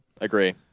agree